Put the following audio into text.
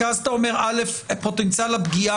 כי אז דבר ראשון אתה אומר שפוטנציאל הפגיעה